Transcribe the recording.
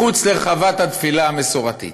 מחוץ לרחבת התפילה המסורתית.